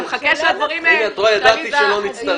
אתה מחכה שהדברים- ----- שלא צריך.